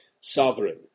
sovereign